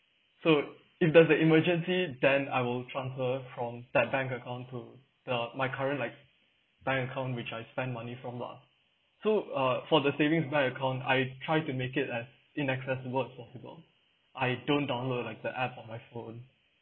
so if there's an emergency then I will transfer from that bank account to the my current like bank account which I spend money from lah so uh for the savings bank account I try to make it as inaccessible as possible I don't download like the app on my phone